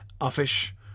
offish